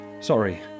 Sorry